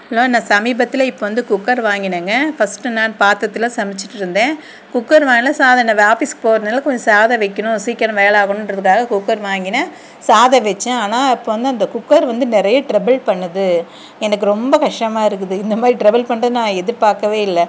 hello நான் சமீபத்தில் இப்போ வந்து குக்கர் வாங்கினேங்க ஃபர்ஸ்ட்டு நான் பாத்திரத்தில் சமைச்சுட்டிருந்தேன் குக்கர் வாங்கினா சாதம் நம்ம ஆபீஸுக்கு போகிறதுனால கொஞ்சம் சாதம் வைக்கணும் சீக்கிரம் வேலை ஆகணுன்றதுக்காக குக்கர் வாங்கினேன் சாதம் வச்சேன் ஆனால் இப்போ வந்து அந்தக் குக்கர் வந்து நிறைய ட்ரபிள் பண்ணுது எனக்கு ரொம்பக் கஷ்டமாக இருக்குது இந்த மாதிரி ட்ரபுள் பண்ணுறது நான் எதிர்பார்க்கவே இல்லை